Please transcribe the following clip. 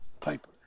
paper